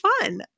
fun